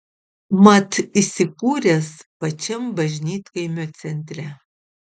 mat įsikūręs pačiam bažnytkaimio centre